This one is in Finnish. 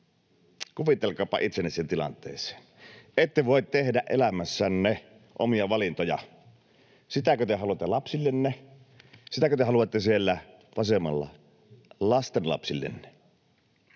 Kuvitelkaapa itsenne siihen tilanteeseen, että ette voi tehdä elämässänne omia valintoja. Sitäkö te haluatte lapsillenne? Sitäkö te siellä vasemmalla haluatte lastenlapsillenne?